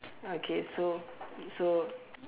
okay so so